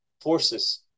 forces